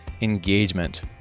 Engagement